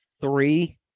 three